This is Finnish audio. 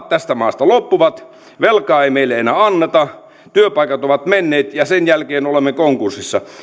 tästä maasta loppuvat velkaa ei meille enää anneta työpaikat ovat menneet ja sen jälkeen olemme konkurssissa